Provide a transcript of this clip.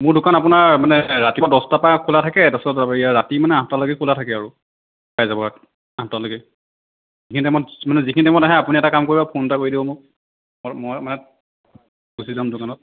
মোৰ দোকান আপোনাৰ মানে ৰাতিপুৱা দহটাৰ পৰা খোলা থাকে তাৰপাছত ৰাতি মানে আঠটালৈকে খোলা থাকে আৰু পাই যাব আঠটালৈকে সিখিনি টাইমত মানে যিখিনি টাইমত আহে আপুনি এটা কাম কৰিব ফ'ন এটা কৰি দিব মোক আৰু মই মানে গুচি যাম দোকানত